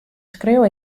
skriuw